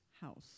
house